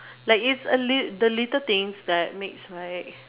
like it's a the little the little things that makes right